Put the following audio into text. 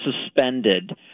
suspended